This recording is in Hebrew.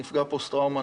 נפגע פוסט-טראומה,